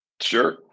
Sure